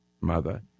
mother